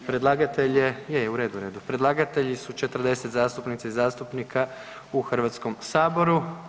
Predlagatelj je, je, je u redu, u redu, predlagatelji su 40 zastupnica i zastupnika u Hrvatskome saboru.